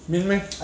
really meh